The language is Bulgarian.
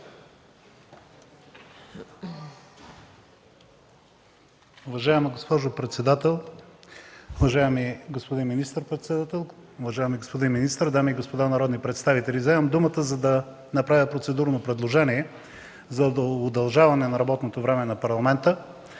Уважаема госпожо председател, уважаеми господин министър-председател, уважаеми господин министър, дами и господа народни представители! Вземам думата, за да направя процедурно предложение за удължаване на работното време на парламента